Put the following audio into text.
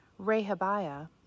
Rehabiah